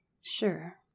Sure